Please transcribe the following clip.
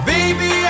Baby